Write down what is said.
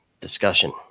discussion